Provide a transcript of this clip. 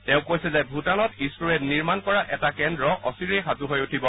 তেওঁ কৈছে যে ভুটানত ইছৰোৱে নিৰ্মাণ কৰা এটা কেন্দ্ৰ অচিৰেই সাজু হৈ উঠিব